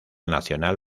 nacional